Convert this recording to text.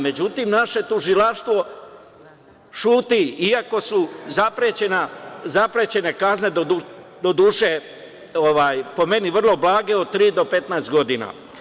Međutim, naše tužilaštvo ćuti i ako su zaprećene kazne, doduše, po meni vrlo blage, od tri do 15 godina.